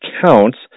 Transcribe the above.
counts